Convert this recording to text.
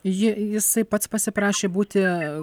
ji jisai pats pasiprašė būti